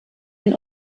den